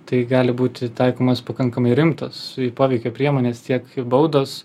tai gali būti taikomos pakankamai rimtos poveikio priemonės tiek baudos